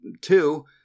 two